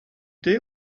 thé